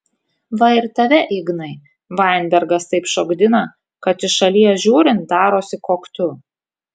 va ir tave ignai vainbergas taip šokdina kad iš šalies žiūrint darosi koktu